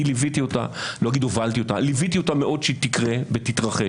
אני ליוויתי אותה לא אגיד הובלתי אותה כדי שתקרה ותתרחש.